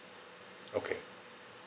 okay